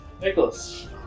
Nicholas